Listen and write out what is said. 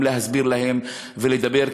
גם להסביר להם ולדבר,